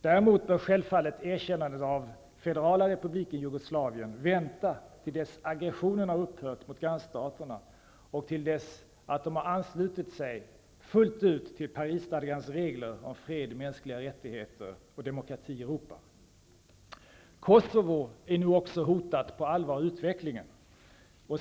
Däremot bör självfallet erkännandet av federala republiken Jugoslavien vänta till dess aggressionen mot grannstaterna har upphört och till dess man fullt ut har anslutit sig till Parisstadgans regler om fred, mänskliga rättigheter och demokrati i Kosovo är nu också på allvar hotat av utvecklingen.